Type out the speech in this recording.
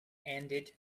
ended